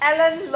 Alan